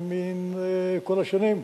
מכל השנים,